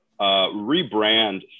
rebrand